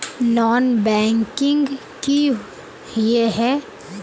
Non banking किए हिये है?